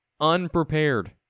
Unprepared